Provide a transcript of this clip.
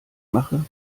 mache